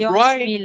right